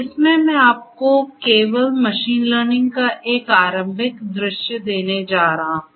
इसमें मैं आपको केवल मशीन लर्निंग का एक आरंभिक दृश्य देने जा रहा हूं